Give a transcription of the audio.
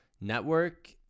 network